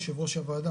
יושב-ראש הוועדה,